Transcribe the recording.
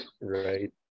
right